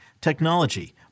technology